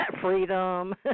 Freedom